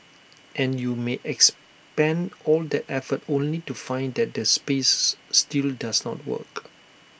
and you may expend all that effort only to find that the space still does not work